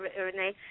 Renee